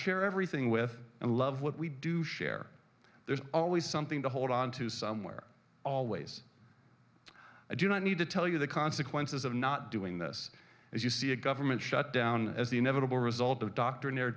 share everything with and love what we do share there's always something to hold on to somewhere always i do not need to tell you the consequences of not doing this as you see a government shutdown as the inevitable result of doct